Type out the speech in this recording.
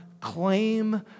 claim